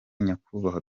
nyakubahwa